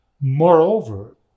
Moreover